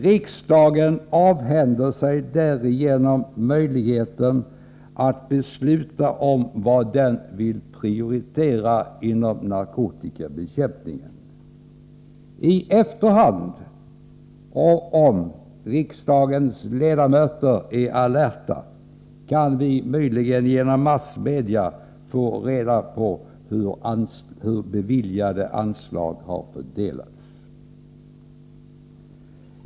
Riksdagen avhänder sig därigenom möjligheten att besluta om vad den vill prioritera inom narkotikabekämpningen. I efterhand, och om riksdagens ledamöter är alerta, kan vi möjligen via massmedia få reda på hur beviljade anslag har fördelats.